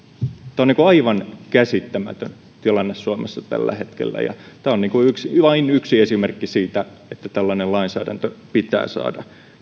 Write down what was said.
tämä on aivan käsittämätön tilanne suomessa tällä hetkellä ja tämä on vain yksi esimerkki siitä että tällainen lainsäädäntö pitää saada